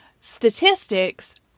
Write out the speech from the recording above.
statistics